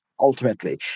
ultimately